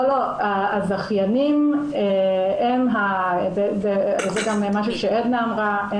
לא, הזכיינים, זה גם משהו שעדנה אמרה.